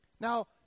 Now